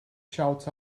shouts